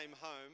home